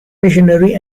missionary